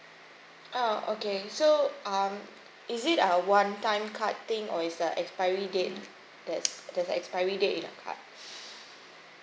oh okay so uh is it a one time card thing or is the expiry date that's there's the expiry date in the card